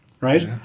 right